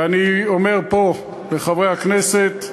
ואני אומר פה לחברי הכנסת,